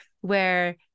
where-